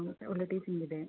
ಮತ್ತು ಒಳ್ಳೆಯ ಟೀಚಿಂಗ್ ಇದೆ